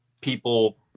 people